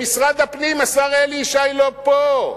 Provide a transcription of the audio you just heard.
במשרד הפנים, השר אלי ישי לא פה,